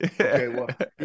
Okay